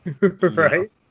Right